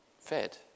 fed